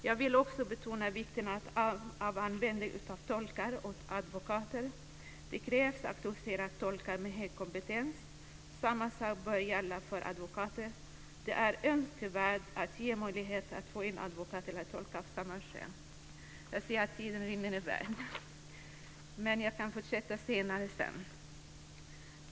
Jag vill också betona vikten av användning av tolkar och advokater. Det krävs auktoriserade tolkar med hög kompetens. Samma sak bör gälla för advokater. Det är önskvärt att ge möjlighet att få en advokat eller tolk av samma kön. Jag ser att tiden rinner i väg, men jag kan fortsätta senare.